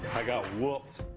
i got whooped.